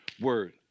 word